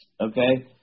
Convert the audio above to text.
okay